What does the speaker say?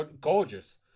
gorgeous